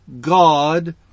God